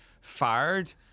fired